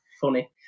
funny